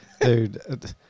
dude